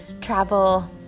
travel